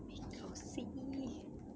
go see